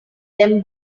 them